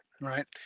Right